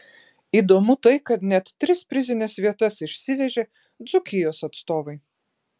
įdomu tai kad net tris prizines vietas išsivežė dzūkijos atstovai